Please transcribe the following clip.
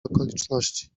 okoliczności